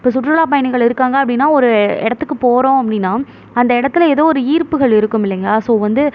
இப்போ சுற்றுலா பயணிகள் இருக்காங்க அப்படினா ஒரு இடத்துக்கு போகிறோம் அப்படினா அந்த இடத்துல ஏதோ ஒரு ஈர்ப்புகள் இருக்கும் இல்லைங்களா ஸோ வந்து